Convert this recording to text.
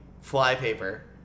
flypaper